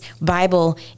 Bible